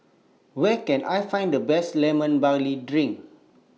Where Can I Find The Best Lemon Barley Drink